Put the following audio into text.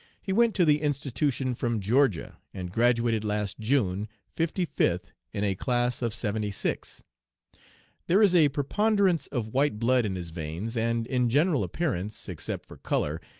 he went to the institution from georgia, and graduated last june, fifty-fifth in a class of seventy-six. there is a preponderance of white blood in his veins, and in general appearance, except for color,